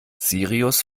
sirius